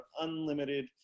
unlimited